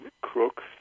crooks